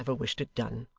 and never wished it done.